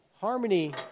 Harmony